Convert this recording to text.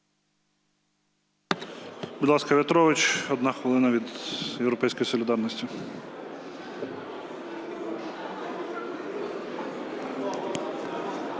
Будь ласка, В’ятрович, одна хвилина від "Європейської солідарності".